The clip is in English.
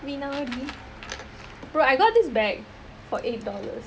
வினாடி:vinaadi bro I got this bag for eight dollars